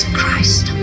Christ